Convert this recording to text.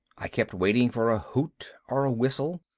i kept waiting for a hoot or a whistle.